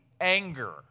anger